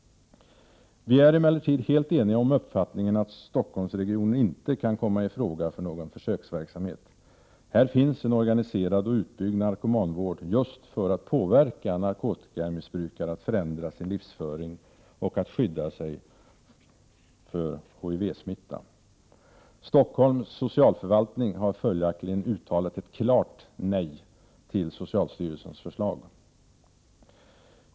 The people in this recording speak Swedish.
Vi är emellertid helt eniga om uppfattningen att Stockholmsregionen inte kan komma i fråga för någon försöksverksamhet. Här finns en organiserad och utbyggd narkomanvård just för att påverka narkotikamissbrukare att förändra sin livsföring och att skydda sig för HIV-smitta. Stockholms socialförvaltning har följaktligen uttalat ett klart nej till socialstyrelsens förslag.